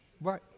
Right